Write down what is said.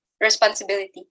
responsibility